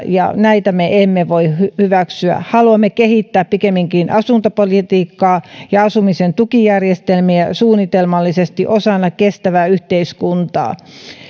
ja sitä me emme voi hyväksyä haluamme kehittää pikemminkin asuntopolitiikkaa ja asumisen tukijärjestelmiä suunnitelmallisesti osana kestävää yhteiskuntaa